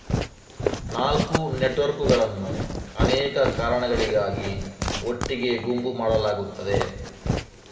ನಾಲ್ಕು ನೆಟ್ವರ್ಕುಗಳನ್ನು ಅನೇಕ ಕಾರಣಗಳಿಗಾಗಿ ಒಟ್ಟಿಗೆ ಗುಂಪು ಮಾಡಲಾಗುತ್ತದೆ